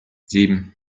sieben